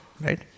right